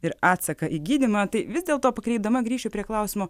ir atsaką į gydymą tai vis dėl to pakreipdama grįšiu prie klausimo